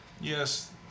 Yes